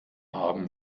haben